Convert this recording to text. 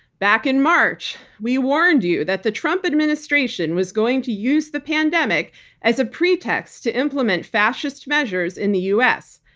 back in march, we warned you that the trump administration was going to use the pandemic as a pretext to implement fascist measures in the us.